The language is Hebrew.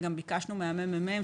גם ביקשנו מהממ"מ,